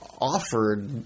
offered